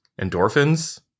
endorphins